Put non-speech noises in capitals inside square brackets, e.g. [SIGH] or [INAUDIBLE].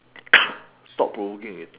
[COUGHS] stop provoking again